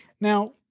Now